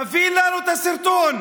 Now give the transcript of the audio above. תביא לנו את הסרטון.